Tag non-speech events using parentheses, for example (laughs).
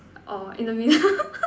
orh in the middle (laughs)